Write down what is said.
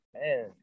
man